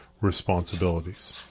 responsibilities